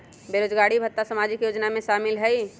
बेरोजगारी भत्ता सामाजिक योजना में शामिल ह ई?